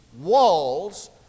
walls